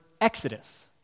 exodus